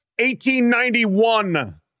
1891